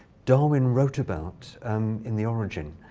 darwin wrote about um in the origin.